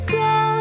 go